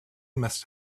must